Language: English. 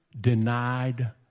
denied